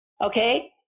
Okay